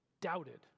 doubted